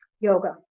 yoga